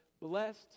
blessed